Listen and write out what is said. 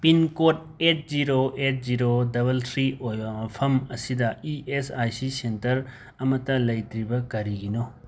pincode eight zero eight zero double three ꯑꯣꯏꯕ ꯃꯐꯝ ꯑꯁꯤꯗ E S I C centre ꯑꯃꯠꯇ ꯂꯩꯇ꯭ꯔꯤꯕ ꯀꯔꯤꯒꯤꯅꯣ